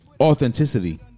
authenticity